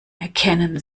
erkennen